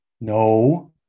No